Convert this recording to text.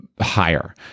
higher